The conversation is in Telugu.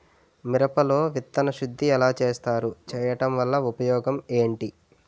మిరప లో విత్తన శుద్ధి ఎలా చేస్తారు? చేయటం వల్ల ఉపయోగం ఏంటి?